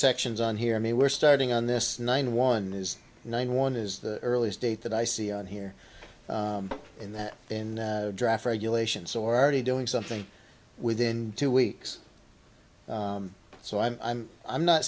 sections on here i mean we're starting on this nine one is nine one is the earliest date that i see on here in that in draft regulations already doing something within two weeks so i'm i'm i'm not